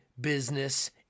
business